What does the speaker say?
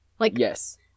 Yes